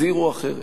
הזהירו אחרת.